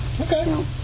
Okay